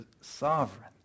sovereign